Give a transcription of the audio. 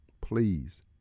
please